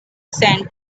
sand